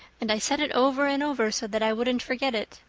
and i said it over and over so that i wouldn't forget it.